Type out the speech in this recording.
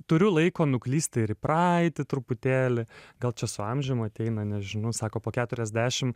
turiu laiko nuklysti ir į praeitį truputėlį gal čia su amžiumi ateina nežinau sako po keturiasdešimt